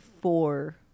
four